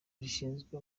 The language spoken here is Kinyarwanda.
rishinzwe